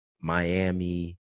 Miami